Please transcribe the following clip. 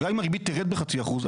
וגם אם הריבית תרד בחצי אחוז,